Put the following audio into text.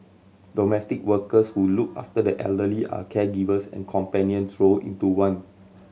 domestic workers who look after the elderly are caregivers and companions roll into one